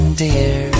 dear